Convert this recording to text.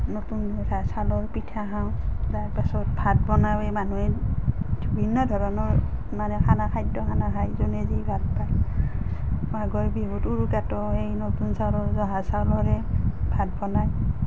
নতুন চাউলৰ পিঠা খাওঁ তাৰপাছত ভাত বনাওঁ এই মানুহে বিভিন্ন ধৰণৰ মানে খানা খাদ্য খানা খায় যোনে যি ভাল পায় মাঘৰ বিহুত উৰুকাতো সেই নতুন চাউলৰ জহা চাউলৰে ভাত বনায়